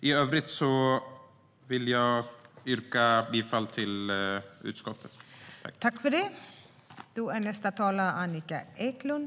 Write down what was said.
I övrigt yrkar jag bifall till utskottets förslag.